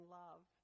love